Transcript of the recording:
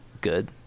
good